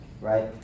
right